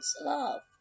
love